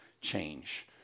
change